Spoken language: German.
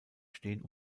stehen